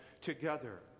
together